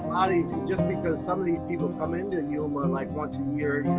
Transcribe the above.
not easy. just because some of these people come into and yuma and like once a year,